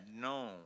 known